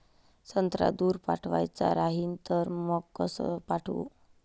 संत्रा दूर पाठवायचा राहिन तर मंग कस पाठवू?